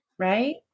Right